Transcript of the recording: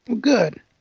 Good